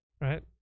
right